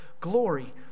glory